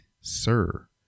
Sir